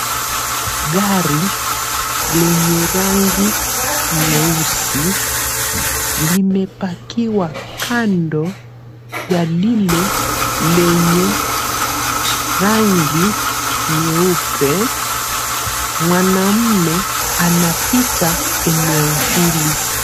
Gari lenye rangi nyeusi, limepakiwa kando ya lile lenye rangi nyeupe. Mwanaume anapita eneo hili.